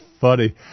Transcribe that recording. funny